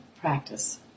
practice